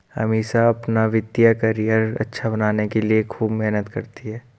अमीषा अपना वित्तीय करियर अच्छा बनाने के लिए खूब मेहनत करती है